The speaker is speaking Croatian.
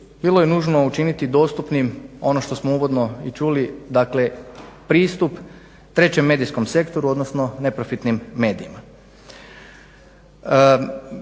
bilo je nužno učiniti dostupnim ono što smo uvodno i čuli, dakle pristup trećem medijskom sektoru, odnosno neprofitnim medijima.